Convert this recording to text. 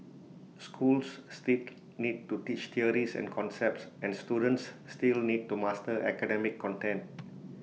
schools still need to teach theories and concepts and students still need to master academic content